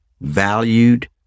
valued